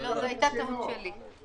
כן, זו הייתה טעות שלי.